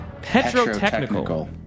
Petrotechnical